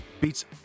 Beats